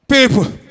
people